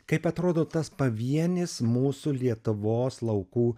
kaip atrodo tas pavienis mūsų lietuvos laukų